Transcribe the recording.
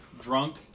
drunk